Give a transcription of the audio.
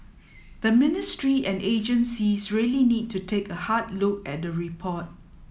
the ministry and agencies really need to take a hard look at the report